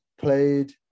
played